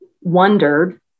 wondered